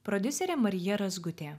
prodiuserė marija razgutė